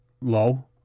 low